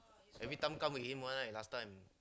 every time come again one right last time